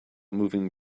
moving